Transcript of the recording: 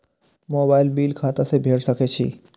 Mobile bill खाता से भेड़ सके छि?